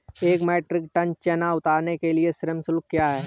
एक metric tonne चना उतारने के लिए श्रम शुल्क क्या है?